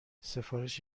سفارش